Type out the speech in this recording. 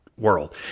world